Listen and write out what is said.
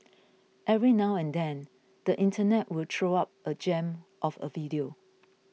every now and then the internet will throw up a gem of a video